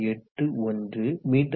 81 m2s